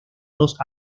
dos